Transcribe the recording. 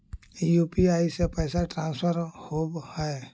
UPI से पैसा transfer होवहै?